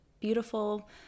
beautiful